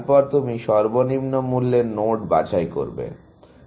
তারপর তুমি সর্বনিম্ন মূল্যের নোট বাছাই করবে